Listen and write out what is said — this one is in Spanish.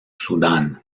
sudán